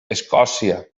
escòcia